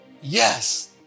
Yes